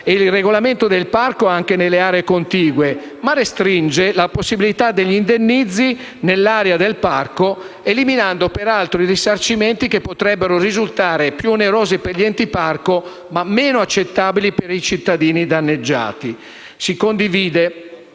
il regolamento del parco anche alle aree contigue, ma restringe la pos- sibilità degli indennizzi nell’area del parco, eliminando peraltro i risarcimenti che potrebbero risultare più onerosi per gli enti parco ma meno accettabili per i cittadini danneggiati. Si condivide